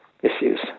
issues